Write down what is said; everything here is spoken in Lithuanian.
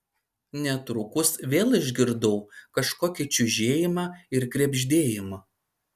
netrukus vėl išgirdau kažkokį čiužėjimą ir krebždėjimą